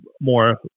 more